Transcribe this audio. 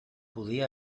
podia